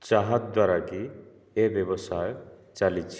ଯାହାଦ୍ୱାରା କି ଏହି ବ୍ୟବସାୟ ଚାଲିଛି